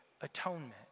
atonement